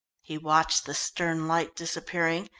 he watched the stern light disappearing,